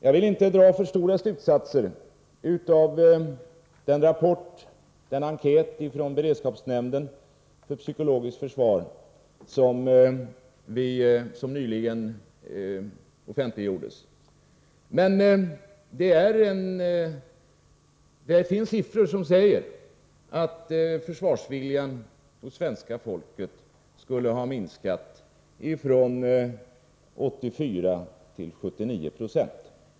Jag vill inte dra för långtgående slutsatser av den enkät från beredskapsnämnden för psykologiskt försvar som nyligen offentliggjordes. Men det finns siffror som säger att försvarsviljan hos svenska folket skulle ha minskat från 84 96 till 79 96.